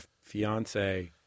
fiance